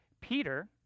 Peter